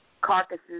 carcasses